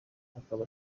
akaba